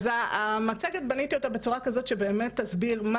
בניתי את המצגת בצורה כזאת שבאמת תסביר מה